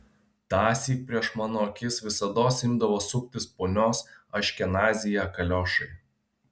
tąsyk prieš mano akis visados imdavo suptis ponios aškenazyje kaliošai